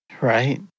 Right